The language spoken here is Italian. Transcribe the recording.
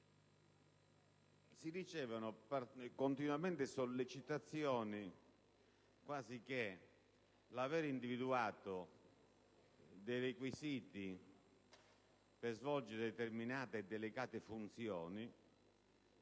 si ricevono continuamente sollecitazioni, quasi che l'avere individuato requisiti per svolgere determinate e delicate funzioni